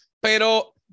Pero